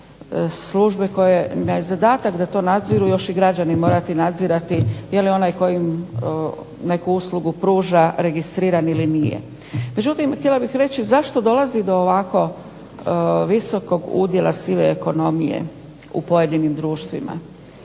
službe kojima je zadatak da to nadziru još i građani morati nadzirati jer im onaj tko im neku uslugu pruža registriran ili nije. Međutim, htjela bih reći zašto dolazi do ovako visokog udjela sive ekonomije u pojedinim društvima?